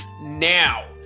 now